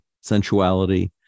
sensuality